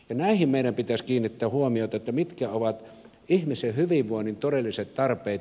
näihin meidän pitäisi kiinnittää huomiota mitkä ovat ihmisen hyvinvoinnin todelliset tarpeet